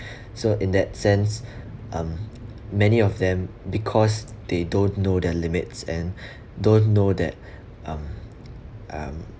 so in that sense um many of them because they don't know their limits and don't know that um um